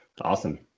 Awesome